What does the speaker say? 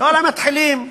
לא, למתחילים.